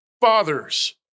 fathers